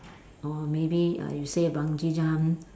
or maybe uh you say bungee jump